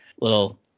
little